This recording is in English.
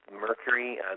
Mercury